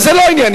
זה לא ענייני.